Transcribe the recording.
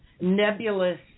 nebulous